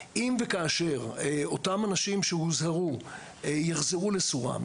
אם וכאשר אותם אנשים שהוזהרו יחזרו לסורם,